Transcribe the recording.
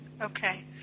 Okay